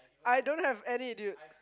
I don't have any dude